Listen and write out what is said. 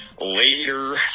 later